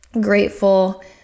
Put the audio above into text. grateful